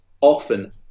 often